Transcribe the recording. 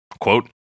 Quote